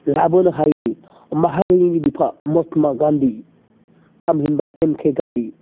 लाबोनो हायोदि माहारिनि बिफा महात्मा गान्धि थामहिनबा एम के गान्धि